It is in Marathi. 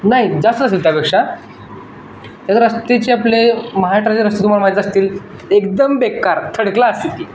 नाही जास्त असेल त्यापेक्षा त्याचं रस्तेचे आपले महाराष्ट्राचे रस्ते तुम्हाला माहीत असतील एकदम बेकार थर्ड क्लास